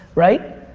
right?